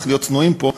צריך להיות צנועים פה,